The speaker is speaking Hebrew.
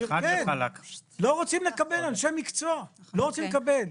לא רוצים לקבל אנשי המקצוע, לא רוצים לקבל.